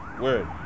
Word